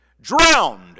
Drowned